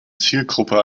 zielgruppe